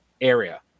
area